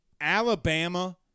Alabama